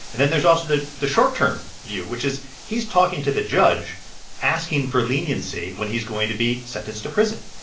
and then there's also the the short-term view, which is he's talking to the judge asking for leniency when he's going to be sentenced to prison.